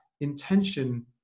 intention